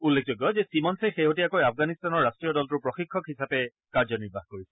উল্লেখযোগ্য যে ছিমনছে শেহতীয়াকৈ আফগানিস্তানৰ ৰাষ্টীয় দলটোৰ প্ৰশিক্ষক হিচাপে কাৰ্যানিৰ্বাহ কৰিছিল